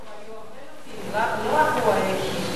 היו הרבה מציעים, לא רק הוא היחיד.